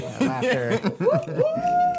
laughter